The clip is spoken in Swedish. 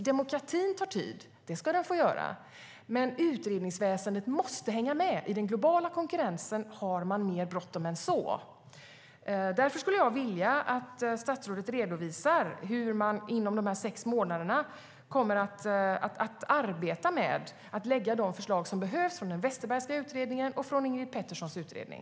Demokratin tar tid, och det ska den få göra, men utredningsväsendet måste hänga med. I den globala konkurrensen har man mer bråttom än så. Därför skulle jag vilja att statsrådet redovisar hur man inom dessa sex månader kommer att arbeta med att lägga fram de förslag som behövs från den Westerbergska utredningen och från Ingrid Peterssons utredning.